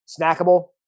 snackable